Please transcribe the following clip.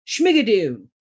Schmigadoon